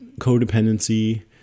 codependency